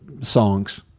songs